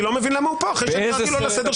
אני לא מבין למה הוא פה אחרי שאמרתי לו לצאת.